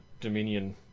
Dominion